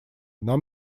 нам